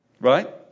Right